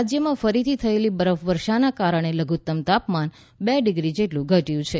રાજયમાં ફરીથી થયેલી બરફવર્ષાના કારણે લઘુતમ તાપમાન બે ડિગ્રી જેટલુ ઘટયું છે